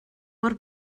mor